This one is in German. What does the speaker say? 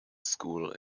school